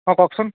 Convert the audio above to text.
অঁ কওকচোন